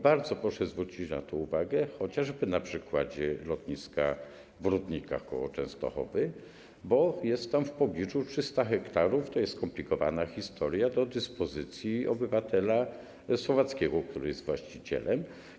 Bardzo proszę zwrócić na to uwagę, chociażby na przykładzie lotniska w Rudnikach koło Częstochowy, bo jest tam w pobliżu 300 ha - to jest skomplikowana historia - do dyspozycji obywatela słowackiego, który jest właścicielem.